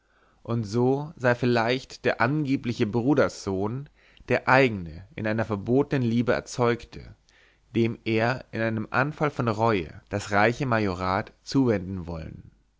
und so sei vielleicht der angebliche bruderssohn der eigne in einer verbotenen liebe erzeugte dem er in einem anfall von reue das reiche majorat zuwenden wollen